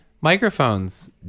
microphones